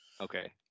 Okay